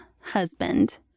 husband